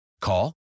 Call